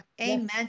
Amen